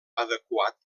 adequat